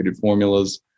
formulas